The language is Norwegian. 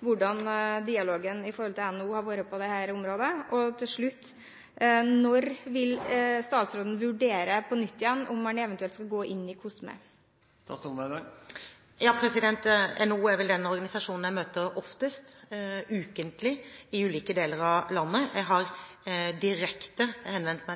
hvordan dialogen med NHO har vært på dette området. Og til slutt: Når vil statsråden vurdere på nytt igjen om man eventuelt skal gå inn i COSME? NHO er vel den organisasjonen jeg møter oftest – ukentlig – i ulike deler av landet. Jeg har henvendt meg direkte